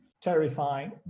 terrifying